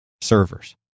servers